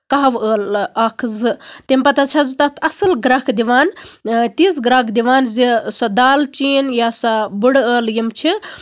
کَہوٕ ٲلہٕ اکھ زٕ تَمہِ پَتہٕ حظ چھَس بہٕ تَتھ اَصٕل گرٮ۪کھ دِوان تِژھ گرٮ۪کھ دِوان زِ سۄ دالچیٖن یا سۄ بٔڑ ٲلہٕ یِم چھِ